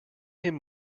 him